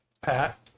pat